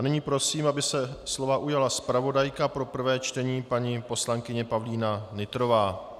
Nyní prosím, aby se slova ujala zpravodajka pro prvé čtení paní poslankyně Pavlína Nytrová.